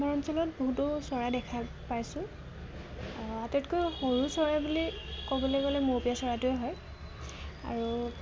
আমাৰ অঞ্চলত বহুতো চৰাই দেখা পাইছোঁ আটাইতকৈ সৰু চৰাই বুলি ক'বলে গ'লে মৌপিয়া চৰাইটোৱে হয় আৰু